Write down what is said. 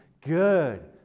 Good